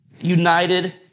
united